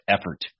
effort